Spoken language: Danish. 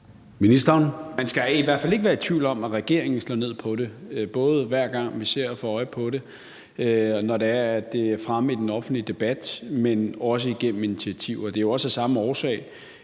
Man skal i hvert fald ikke være i tvivl om, at regeringen slår ned på det, både hver gang vi får øje på det, når det er fremme i den offentlige debat, men også igennem initiativer. Det er jo også af samme årsag,